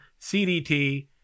CDT